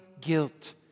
guilt